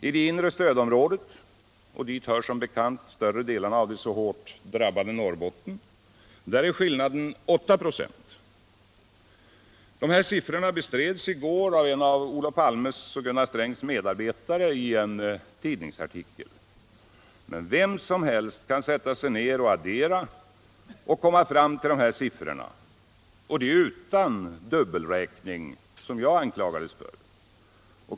I inre stödområdet — dit hör som bekant större delen av det så hårt drabbade Norrbotten — är skillnaden 8 4. Dessa siffror bestreds i går av en av Olof Palmes och Gunnar Strängs medarbetare i en tidningsartikel. Men vem som helst kan sätta sig ner och addera och komma fram till de här siffrorna —och det utan dubbelräkning, som jag anklades för.